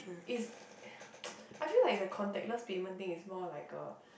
it's I feel like the contactless payment thing is more like a